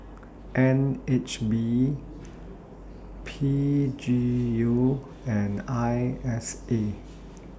N H B P G U and I S A